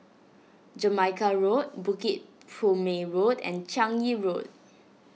Jamaica Road Bukit Purmei Road and Changi Road